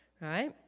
Right